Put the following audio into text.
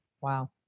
Wow